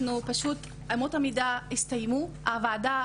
אמות המידה הסתיימו, הוועדה